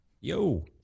Yo